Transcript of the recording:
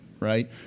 Right